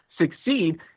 succeed